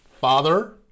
father